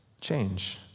change